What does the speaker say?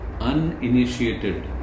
uninitiated